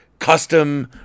custom